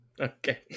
Okay